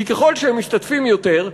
כי ככל שהם משתתפים יותר,